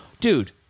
Dude